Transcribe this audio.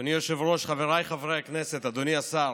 אדוני היושב-ראש, חבריי חברי הכנסת, אדוני השר,